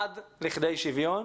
עד לכדי שוויון.